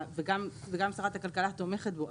וגם שרת הכלכלה תומכת בו,